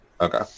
Okay